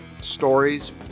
stories